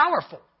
powerful